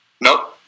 No